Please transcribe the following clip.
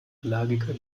allergiker